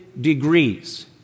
degrees